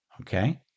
okay